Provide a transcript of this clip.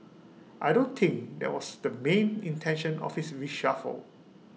I don't think that was the main intention of this reshuffle